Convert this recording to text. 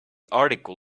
article